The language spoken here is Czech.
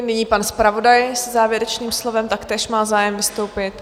Nyní pan zpravodaj se závěrečným slovem, taktéž má zájem vystoupit.